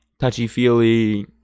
Touchy-feely